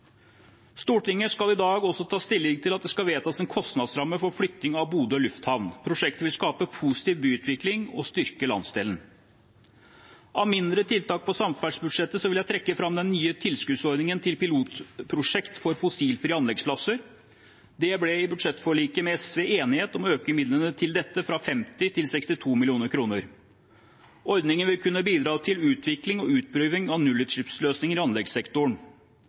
Stortinget skal i dag også ta stilling til at det skal vedtas en kostnadsramme for flytting av Bodø lufthavn. Prosjektet vil skape positiv byutvikling og styrke landsdelen. Av mindre tiltak på samferdselsbudsjettet vil jeg trekke fram den nye tilskuddsordningen til pilotprosjekter for fossilfrie anleggsplasser. Det ble i budsjettforliket med SV enighet om å øke midlene til dette fra 50 til 62 mill. kr. Ordningen vil kunne bidra til utvikling og utprøving av nullutslippsløsninger i anleggssektoren.